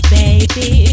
baby